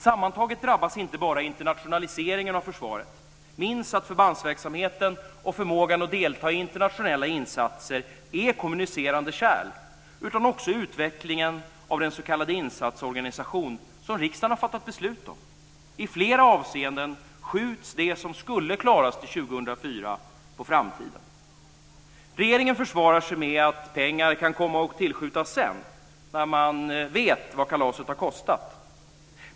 Sammantaget drabbas inte bara internationaliseringen av försvaret - minns att förbandsverksamheten och förmågan att delta i internationella insatser är kommunicerande kärl - utan också utvecklingen av den s.k. insatsorganisation som riksdagen har fattat beslut om. I flera avseenden skjuts det som skulle klaras till 2004 på framtiden. Regeringen försvarar sig med att pengar kan komma att tillskjutas sedan, när man vet vad kalaset har kostat.